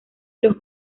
los